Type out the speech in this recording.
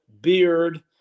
beard